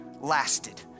lasted